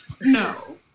No